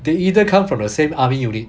they either come from the same army unit